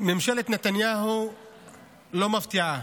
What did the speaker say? ממשלת נתניהו לא מפתיעה,